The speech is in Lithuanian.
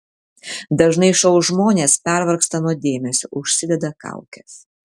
dažnai šou žmonės pervargsta nuo dėmesio užsideda kaukes